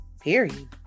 Period